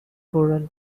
corral